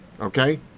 Okay